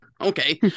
Okay